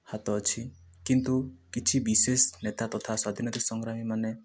ହାତ ଅଛି କିନ୍ତୁ କିଛି ବିଶେଷ ନେତା ତଥା ସ୍ୱାଧୀନତା ସଂଗ୍ରାମୀ ମାନେ